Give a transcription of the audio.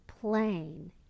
plain